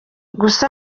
gusa